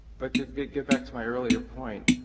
but to get get back to my earlier point,